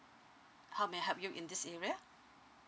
how may I help you in this area